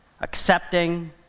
accepting